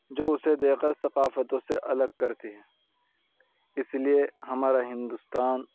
جو اسے دے کر ثقافتوں سے الگ کرتی ہے اس لیے ہمارا ہندوستان